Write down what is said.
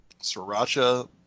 sriracha